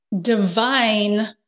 divine